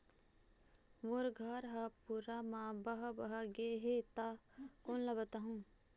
मोर घर हा पूरा मा बह बह गे हे हे ता कोन ला बताहुं?